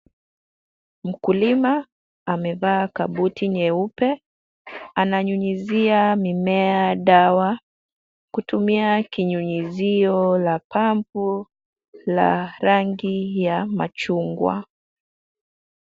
Mkulima amevaa kabuti nyeupe, anayunyuzia mimea dawa kutumia kinyunyuzio la pampu la rangi ya machungwa.